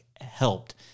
helped